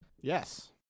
Yes